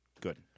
good